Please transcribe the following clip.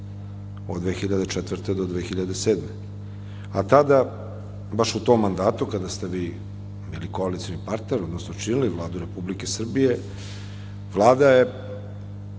do 2007. godine. Tada, baš u tom mandatu kada ste vi bili koalicioni partner, odnosno činili Vladu Republike Srbije, Vlada je